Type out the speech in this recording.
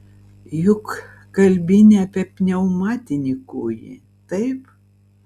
juk kalbi ne apie pneumatinį kūjį taip